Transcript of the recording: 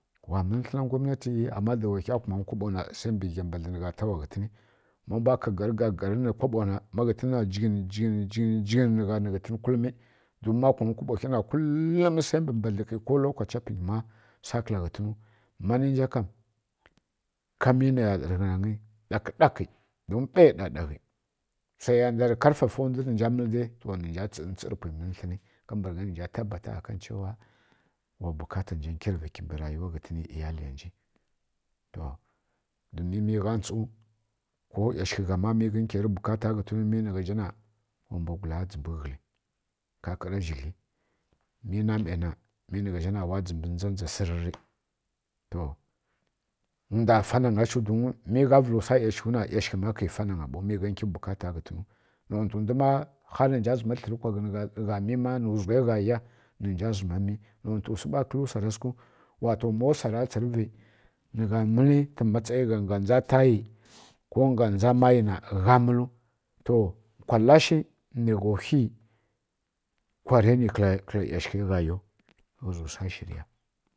Wa mǝlǝ tlǝna ngwamnatiyi ama da wakha kumanǝ kaɓo na sai mbǝ gha mbadli nǝgha tla ghǝntǝni ma mbwa ka ˈgar nǝ kaɓo na ma ghǝntǝna jǝghǝn jǝghǝn jǝghǝn jǝghǝn nǝ gha nǝ ghǝntǝn kulumi don ma kumanǝ kaɓo khi klha na kulum sai mbǝ gha mbadlǝ nǝgha nǝ ghǝntǝni ma ninja kam ka mi nai ya ɗa rǝ ghǝna ngyi ɗakɗaki do ɓai ɗakɗaki wsai ya ndar karfafa ndwu nǝ nja mǝli dai nja tsu tsǝvǝ nja mǝlǝl tlǝni ka mbǝragha nja mbani nani wa damuwa nja nkǝrǝvi ghǝna ˈyiyaliya nji to domin mi gha ntsu ko ˈyashǝghǝ gha ma mi nǝgha zhga na wa mbwagula dzimbǝ ghǝli ƙakara zhigli mi na ˈmai na mi nǝ gha zha na wa dzǝmbi ndza ndza sǝrri ndwa nfa nanga shǝ mbǝ ghǝntǝnu don mi gha vǝlǝ wsa ka ˈyashǝghu na kǝ fa nanga ɓo tunda ghi nƙi bukata gjhǝtǝnu nontǝ ndwu ma tǝmi tlǝri kwa ghǝnǝgha wzǝghai gha ya nja zǝma mi nontu wsi ɓa kǝlǝ wsara sǝkghiu wato ma wsara tsǝrǝvi nǝgha mǝli matsayi gha ngab ndza tayi ko nga ndza mayi na gha mǝlu to nkwalashǝ nai gha whui kǝla raini kǝla ˈyashǝghai gha yau ghǝzǝ wsa shirǝ ya